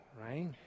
right